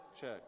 check